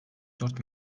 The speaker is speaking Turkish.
dört